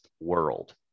world